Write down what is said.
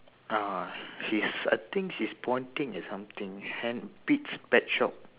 ah she's I think she's pointing at something pete's pet shop